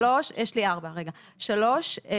שלוש,